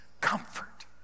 comfort